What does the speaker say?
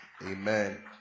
Amen